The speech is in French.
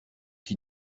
qui